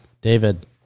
David